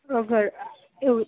અગર એવું